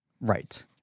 right